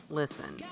listen